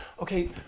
okay